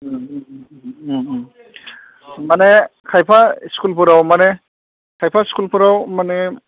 माने खायफा स्खुलफोराव माने खायफा स्खुलफोराव माने